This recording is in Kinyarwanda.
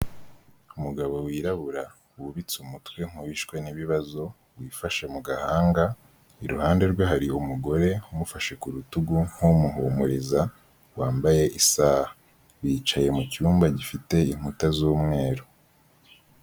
Umugabo wirabura wubitse umutwe nk'uwishwe n'ibibazo, wifashe mu gahanga, iruhande rwe hari umugore umufashe ku rutugu nk'umuhumuriza wambaye isaha. Bicaye mu cyumba gifite inkuta z'umweru.